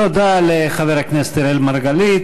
תודה לחבר הכנסת אראל מרגלית.